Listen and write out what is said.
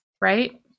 Right